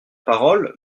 parole